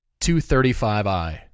235i